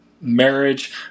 marriage